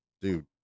dude